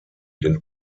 den